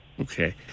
Okay